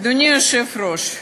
אדוני היושב-ראש,